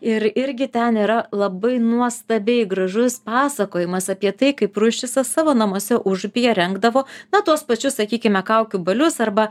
ir irgi ten yra labai nuostabiai gražus pasakojimas apie tai kaip ruščicas savo namuose užupyje rengdavo na tuos pačius sakykime kaukių balius arba